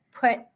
put